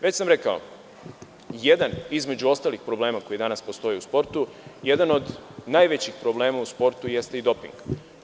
Već sam rekao, između ostalih problema koji danas postoje u sportu, jedan od najvećih problema u sportu jeste i doping.